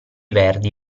verdi